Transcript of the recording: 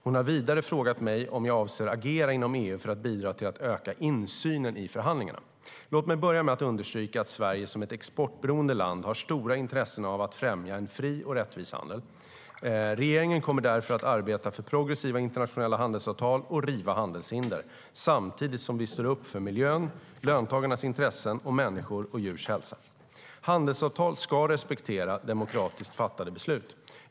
Hon har vidare frågat mig om jag avser att agera inom EU för att bidra till att öka insynen i förhandlingarna. Låt mig börja med att understryka att Sverige som ett exportorienterat land har stora intressen av att främja en fri och rättvis världshandel. Regeringen kommer därför att arbeta för progressiva internationella handelsavtal och riva handelshinder, samtidigt som vi står upp för miljön, löntagarnas intressen och människors och djurs hälsa. Handelsavtal ska respektera demokratiskt fattade beslut.